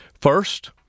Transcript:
First